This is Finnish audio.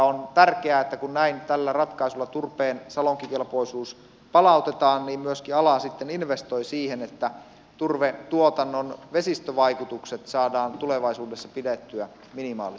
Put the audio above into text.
on tärkeää että kun näin tällä ratkaisulla turpeen salonkikelpoisuus palautetaan niin myöskin ala myöskin investoi siihen että turvetuotannon vesistövaikutukset saadaan tulevaisuudessa pidettyä minimaalisina